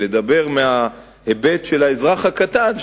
ולדבר מההיבט של האזרח הקטן,